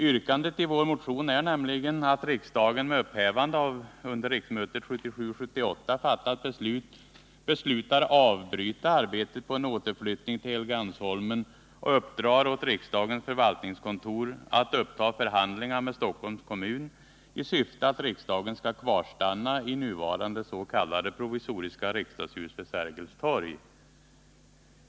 Yrkandet i vår motion går nämligen ut på ”att riksdagen, med upphävande av under riksmötet 1977/78 fattat beslut, beslutar avbryta arbetet på en flyttning till Helgeandsholmen och uppdra åt riksdagens förvaltningskontor att uppta förhandlingar med Stockholms kommun i syfte att riksdagen skall kvarstanna i nuvarande s.k. provisoriska riksdagshus vid Sergels Torg”.